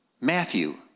Matthew